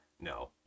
No